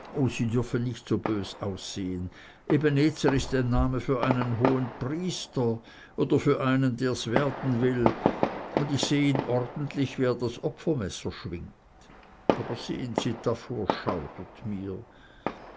sie dürfen nicht so bös aussehen ebenezer ist ein name für einen hohenpriester oder für einen der's werden will und ich seh ihn ordentlich wie er das opfermesser schwingt und sehen sie davor schaudert mir